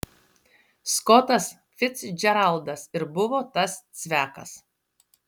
skotas ficdžeraldas ir buvo tas cvekas